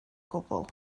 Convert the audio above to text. gwbl